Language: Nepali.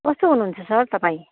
कस्तो हुनुहुन्छ सर तपाईँ